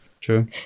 True